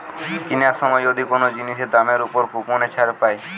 কিনার সময় যদি কোন জিনিসের দামের উপর কুপনের ছাড় পায়